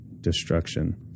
destruction